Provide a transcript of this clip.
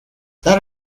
that